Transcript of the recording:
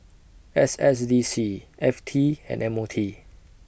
S S D C F T and M O T